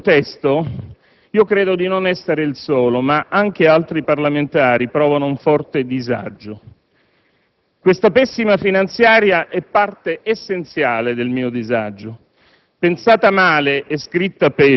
In questo contesto credo di non essere solo, anche altri parlamentari provano un forte disagio. Questa pessima finanziaria è parte essenziale del mio disagio.